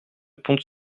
pont